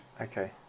Okay